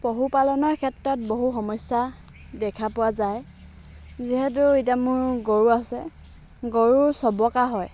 পশুপালনৰ ক্ষেত্ৰত বহু সমস্যা দেখা পোৱা যায় যিহেতু এতিয়া মোৰ গৰু আছে গৰুৰ চবকা হয়